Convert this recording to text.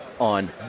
on